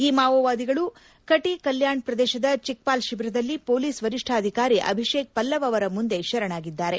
ಈ ಮಾವೋವಾದಿಗಳು ಕಟೇಕಲ್ಯಾಣ್ ಪ್ರದೇಶದ ಚಿಕ್ಪಾಲ್ ಶಿಬಿರದಲ್ಲಿ ಪೊಲೀಸ್ ವರಿಷ್ಣಾಧಿಕಾರಿ ಅಭಿಷೇಕ್ ಪಲ್ಲವ್ ಅವರ ಮುಂದೆ ಶರಣಾಗಿದ್ದಾರೆ